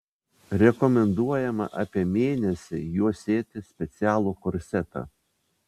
rekomenduojama apie mėnesį juosėti specialų korsetą